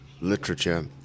literature